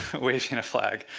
waving a flag.